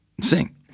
sing